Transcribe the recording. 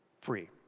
free